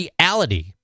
reality